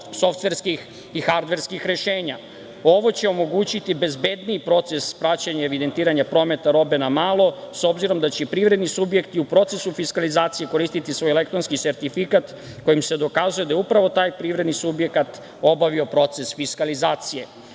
softverskih i hardverskih rešenja. Ovo će omogućiti bezbedniji proces praćenja i evidentiranja prometa robe na malo, s obzirom da će i privredni subjekti u procesu fiskalizacije koristiti svoj elektronski sertifikat kojim se dokazuje da je upravo taj privredni subjekat obavio proces fiskalizacije. Ovde